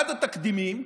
אחד התקדימים: